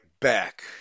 back